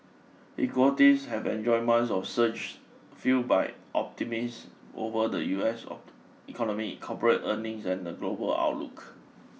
equities have enjoyed months of surges fuelled by optimist over the U S oak economy corporate earnings and the global outlook